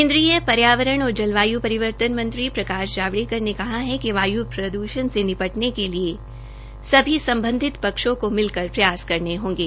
केन्द्रीय पर्यावरण और जलवायु परिवर्तन मंत्री प्रकाश जावड़ेकर ने कहा है कि वायु प्रदूषण से रिपटने के लिए सभी संबंधित पक्षों को मिलकर प्रयास करने होंगे